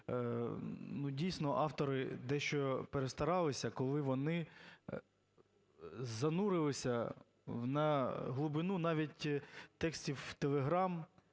дійсно, автори дещо перестаралися, коли вони занурилися на глибину навіть текстів телеграм.